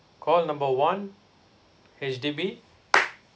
call number one H_D_B